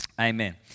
Amen